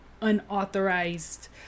unauthorized